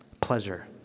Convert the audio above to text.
pleasure